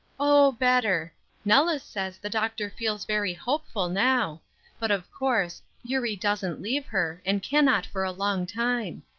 oh, better nellis says the doctor feels very hopeful, now but of course, eurie doesn't leave her, and cannot for a long time.